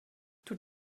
tut